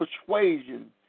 persuasion